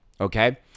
okay